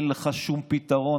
אין לך שום פתרון.